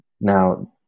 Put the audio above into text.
Now